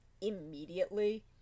immediately